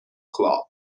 club